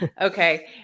Okay